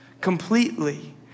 completely